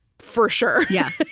for sure. yeah,